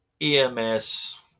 EMS